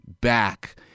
back